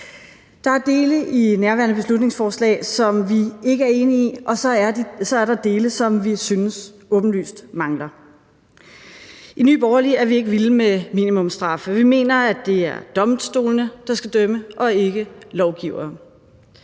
Der er dele i nærværende beslutningsforslag, som vi ikke er enige i, og så er der dele, som vi synes åbenlyst mangler. I Nye Borgerlige er vi ikke vilde med minimumsstraffe, for vi mener, det er domstolene, der skal dømme, og ikke lovgivere.